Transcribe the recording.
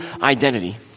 identity